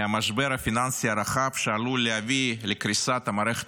מהמשבר הפיננסי הרחב שעלול להביא לקריסת המערכת